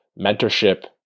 mentorship